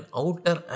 outer